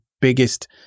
biggest